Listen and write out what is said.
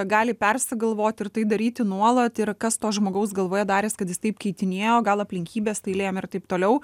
gali persigalvot ir tai daryti nuolat ir kas to žmogaus galvoje darės kad jis taip keitinėjo gal aplinkybės tai lėmė ir taip toliau